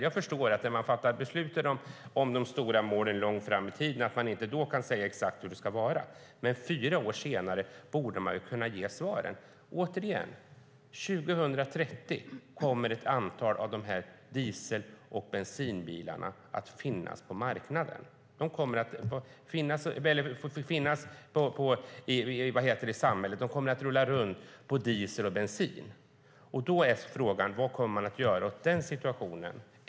Jag förstår att när man fattar beslut om stora mål långt fram i tiden så kan man inte säga exakt hur det ska vara, men fyra år senare borde man kunna ge svaren. Återigen: År 2030 kommer ett antal av de här diesel och bensinbilarna fortfarande att finnas i samhället och rulla runt på diesel och bensin. Då är frågan vad man kommer att göra åt den situationen.